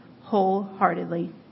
wholeheartedly